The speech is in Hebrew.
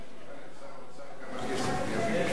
את זה תשאל את שר האוצר, כמה כסף הוא העביר לשם.